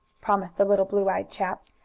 promised the little blue-eyed chap,